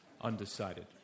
undecided